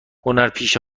هنرپیشه